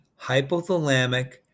hypothalamic